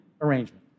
arrangement